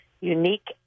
unique